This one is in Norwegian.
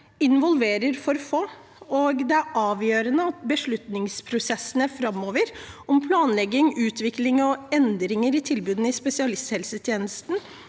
involverer for få. Det er avgjørende at beslutningsprosessene framover om planlegging, utvikling og endringer i tilbudene i spesialisthelsetjenesten